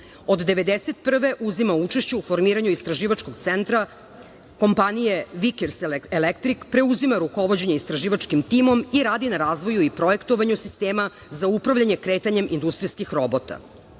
Od 1991. godine uzima učešće u formiranju Istraživačkog centra kompanije „Viker elektrik“, preuzima rukovođenje istraživačkim timom i radi na razvoju i projektovanju sistema za upravljanje kretanjem industrijskih robota.